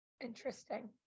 interesting